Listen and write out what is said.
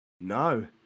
no